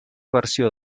versió